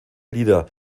lieder